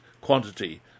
quantity